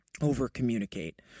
over-communicate